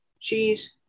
cheese